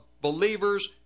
believers